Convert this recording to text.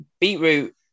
beetroot